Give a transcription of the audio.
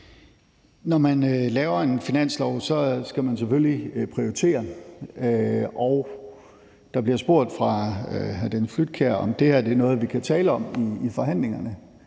Når man laver en finanslov, skal man selvfølgelig prioritere, og der bliver af hr. Dennis Flydtkjær spurgt, om det her er noget, vi kan tale om i forhandlingerne,